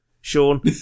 Sean